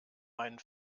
meinen